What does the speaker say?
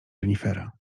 renifera